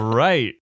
right